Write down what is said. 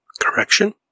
Correction